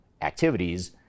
activities